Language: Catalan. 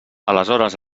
aleshores